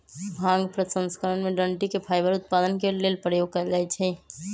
भांग प्रसंस्करण में डनटी के फाइबर उत्पादन के लेल प्रयोग कयल जाइ छइ